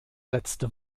letzte